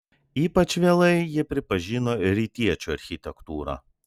ypač vėlai jie pripažino rytiečių architektūrą